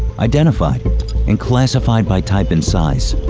identified and classified by type and size.